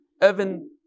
Evan